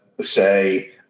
say